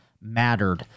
mattered